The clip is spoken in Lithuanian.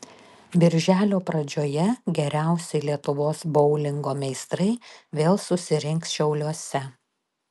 birželio pradžioje geriausi lietuvos boulingo meistrai vėl susirinks šiauliuose